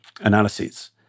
analyses